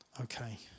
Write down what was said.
okay